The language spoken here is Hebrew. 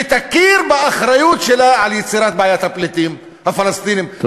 ותכיר באחריות שלה ליצירת בעיית הפליטים הפלסטינים,